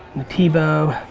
and tivo,